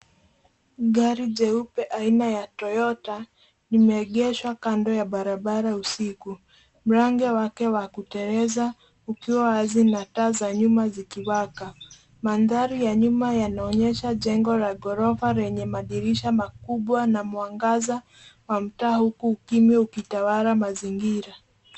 Gari jeupe aina ya Toyota limegeshwa kando ya barabara usiku, mlango wake wa kuteleza ukiwa wazi na taa za nyuma zikiwaka. Mandhari ya nyuma yanaonyesha jengo la ghorofa lenye madirisha makubwa na mwangaza wa mtaa huku ukime ukitawala mazingira.